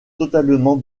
totalement